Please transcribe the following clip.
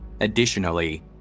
Additionally